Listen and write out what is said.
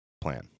plan